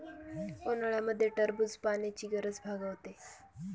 उन्हाळ्यामध्ये टरबूज पाण्याची गरज भागवते